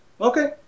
Okay